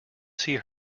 see